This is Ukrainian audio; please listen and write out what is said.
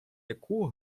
яку